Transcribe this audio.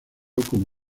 como